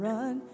Run